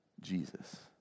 Jesus